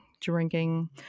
drinking